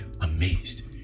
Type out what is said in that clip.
amazed